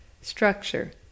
Structure